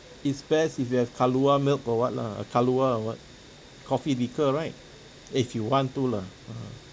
it's best if you have kahlua milk or what lah uh kahlua or what coffee liqueur right if you want to lah ah